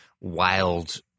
wild